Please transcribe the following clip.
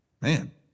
man